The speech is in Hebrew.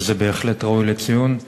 וזה בהחלט ראוי לציון.